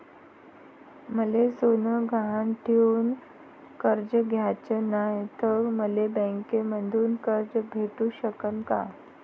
मले सोनं गहान ठेवून कर्ज घ्याचं नाय, त मले बँकेमधून कर्ज भेटू शकन का?